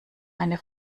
eine